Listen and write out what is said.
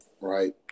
right